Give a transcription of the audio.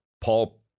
Paul